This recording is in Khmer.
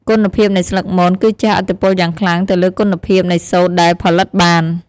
គុណភាពនៃស្លឹកមនគឺជះឥទ្ធិពលយ៉ាងខ្លាំងទៅលើគុណភាពនៃសូត្រដែលផលិតបាន។